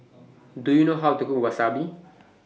Do YOU know How to Cook Wasabi